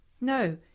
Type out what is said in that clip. No